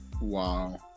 Wow